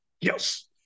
Yes